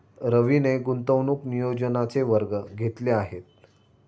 रवीने गुंतवणूक नियोजनाचे वर्ग घेतले आहेत